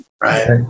Right